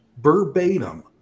verbatim